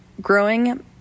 Growing